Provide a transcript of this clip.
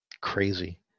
crazy